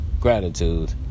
gratitude